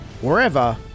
wherever